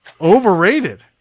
Overrated